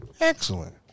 Excellent